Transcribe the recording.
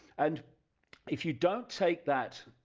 and if you don't take that